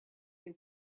they